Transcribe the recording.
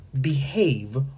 behave